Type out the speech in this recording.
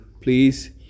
please